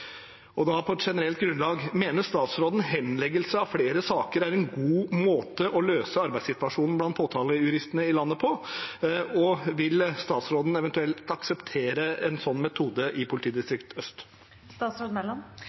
På et generelt grunnlag: Mener statsråden at henleggelse av flere saker er en god måte å løse arbeidssituasjonen blant påtalejuristene i landet på? Og vil statsråden eventuelt akseptere en sånn metode i